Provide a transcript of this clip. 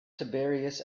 tiberius